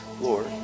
Lord